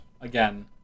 again